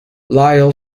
lyell